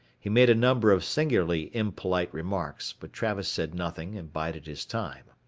he made a number of singularly impolite remarks, but travis said nothing and bided his time.